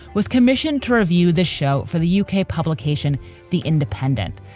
was commissioned to review the show for the u k. publication the independent.